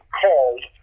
called